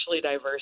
diverse